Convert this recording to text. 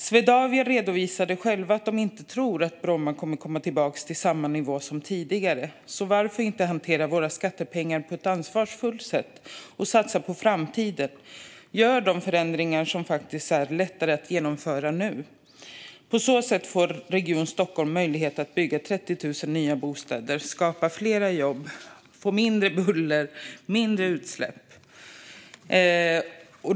Swedavia redovisade själva att de inte tror att Bromma kommer att komma tillbaka till samma nivå som tidigare, så varför inte hantera våra skattepengar på ett ansvarsfullt sätt och satsa på framtiden? Gör de förändringar som faktiskt är lättare att genomföra nu! På så sätt skulle Region Stockholm få möjlighet att bygga 30 000 nya bostäder, skapa fler jobb samt få mindre buller och mindre utsläpp.